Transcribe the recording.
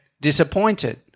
disappointed